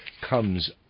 comes